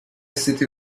city